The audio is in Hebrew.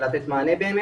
לתת מענה.